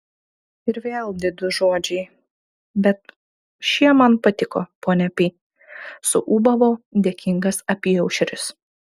ir vėl didūs žodžiai bet šie man patiko ponia pi suūbavo dėkingas apyaušris